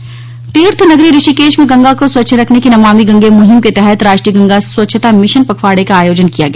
गंगा स्वच्छता तीर्थनगरी ऋषिकेश में गंगा को स्वच्छ रखने की नमामि गंगे मुहिम के तहत राष्ट्रीय गंगा स्वच्छता मिशन पखवाड़े का आयोजन किया गया